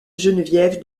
geneviève